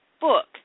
book